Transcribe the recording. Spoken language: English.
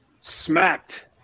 Smacked